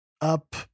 up